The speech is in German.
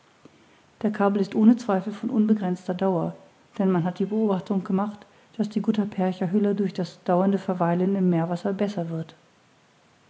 der kabel ist ohne zweifel von unbegrenzter dauer denn man hat die beobachtung gemacht daß die guttapercha hülle durch das dauernde verweilen im meerwasser besser wird